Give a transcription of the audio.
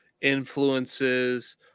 influences